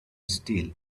still